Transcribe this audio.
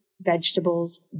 vegetables